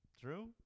true